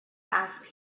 ask